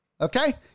okay